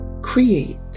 create